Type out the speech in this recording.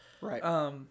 Right